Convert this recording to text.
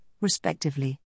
respectively